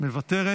אינו נוכח,